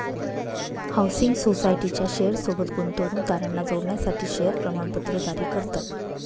housing सोसायटीच्या share सोबत गुंतवणूकदारांना जोडण्यासाठी शेअर प्रमाणपत्र जारी करतात